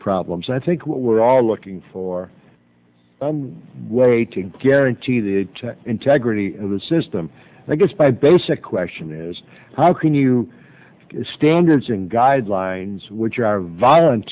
problems i think what we're all looking for and waiting guarantees the integrity of the system i guess by basic question is how can you standards and guidelines which are violent